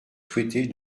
souhaiter